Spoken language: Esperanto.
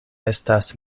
estas